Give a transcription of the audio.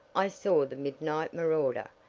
i saw the midnight marauder,